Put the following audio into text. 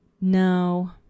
No